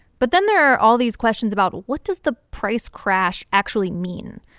but then there are all these questions about what does the price crash actually mean?